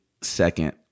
second